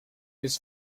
his